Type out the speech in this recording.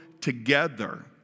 together